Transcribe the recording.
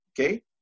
Okay